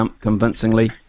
convincingly